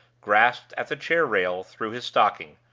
grasped at the chair rail through his stocking,